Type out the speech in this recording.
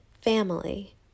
family